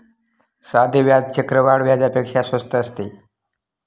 साधे व्याज चक्रवाढ व्याजापेक्षा स्वस्त असते